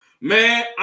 Man